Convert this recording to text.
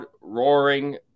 roaring